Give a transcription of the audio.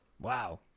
wow